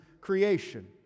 creation